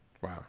Wow